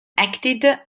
acted